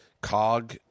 COG